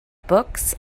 books